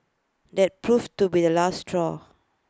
that proved to be the last straw